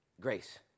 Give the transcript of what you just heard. grace